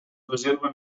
reserva